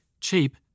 cheap